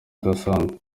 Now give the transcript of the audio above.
udasanzwe